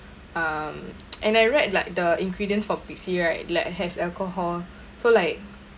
um and I read like the ingredient for Pixi right like has alcohol so like